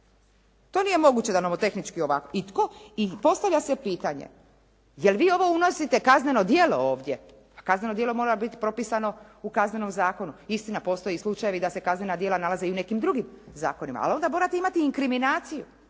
je nije moguće da nomotehnički ovako. I postavlja se pitanje, jel' vi ovo unosite kazneno djelo ovdje? Pa kazneno djelo mora biti propisano u kaznenom zakonu. Istina postoje slučajevi da se kaznena djela nalaze i u nekim drugim zakonima, ali onda morate imati inkriminaciju.